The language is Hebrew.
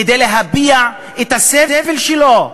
כדי להביע את הסבל שלו,